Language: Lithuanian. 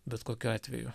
bet kokiu atveju